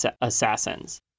assassins